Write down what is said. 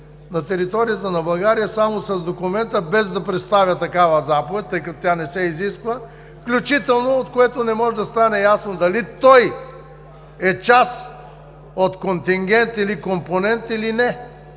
на територията на България само с документа, без да представя такава заповед, тъй като тя не се изисква, включително от което не може да стане ясно дали той е част от контингент или компонент, или не.